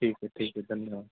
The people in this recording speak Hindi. ठीक है ठीक है धन्यवाद